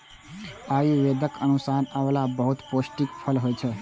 आयुर्वेदक अनुसार आंवला बहुत पौष्टिक फल होइ छै